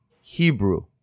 Hebrew